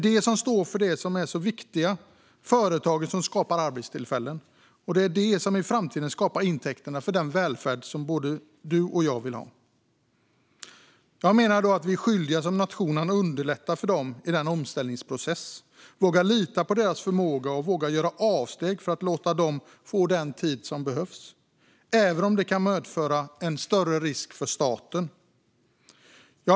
De står för de viktiga företag som skapar arbetstillfällen, och de skapar i framtiden intäkterna till den välfärd som både du och jag vill ha. Jag menar att vi som nation är skyldiga att underlätta för dem i denna omställningsprocess, att våga lita på deras förmåga och att våga göra avsteg för att låta dem få den tid som behövs, även om det kan medföra en större risk för staten.